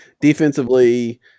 defensively